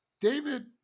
David